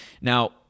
now